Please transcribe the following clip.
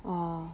orh